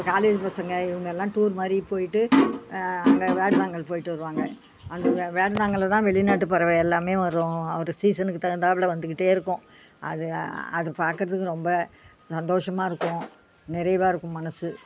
இப்போ காலேஜ் பசங்கள் இவங்கள்லாம் டூர் மாதிரி போயிட்டு அங்கே வேடந்தாங்கல் போயிட்டு வருவாங்க அங்கே வே வேடந்தாங்கலில் தான் வெளிநாட்டு பறவை எல்லாமே வரும் ஒரு சீசனுக்கு தகுந்தாப்போல வந்துக்கிட்டே இருக்கும் அது பார்க்குறதுக்கு ரொம்ப சந்தோஷமாக இருக்கும் நிறைவாக இருக்கும் மனது